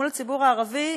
מול הציבור הערבי,